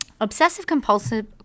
Obsessive-compulsive